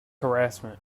harassment